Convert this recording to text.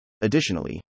Additionally